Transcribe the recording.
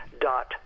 dot